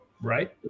right